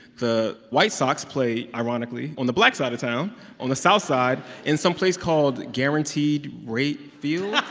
the white sox play, ironically, on the black side of town on the south side in some place called guaranteed rate field